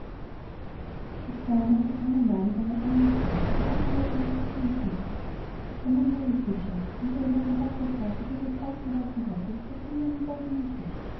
es war einmal ein armer mann und eine arme frau die hatten weiter nichts als eine hütte der mann war ein fischer und wie er einmal am wasser saß und sein netz ausgeworfen hatte da fing er einen goldenen fisch